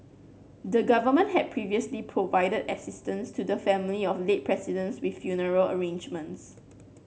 the Government has previously provided assistance to the family of late Presidents with funeral arrangements